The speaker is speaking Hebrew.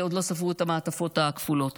ועוד לא ספרו את המעטפות הכפולות.